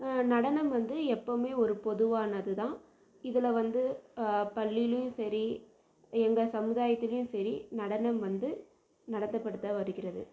நடனம் வந்து எப்பவுமே ஒரு பொதுவானது தான் இதில் வந்து எங்கள் பள்ளிலேயும் சரி எங்கள் சமுதாயத்திலேயும் சரி நடனம் வந்து நடத்தப்பட்டு தான் வருகிறது